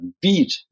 beat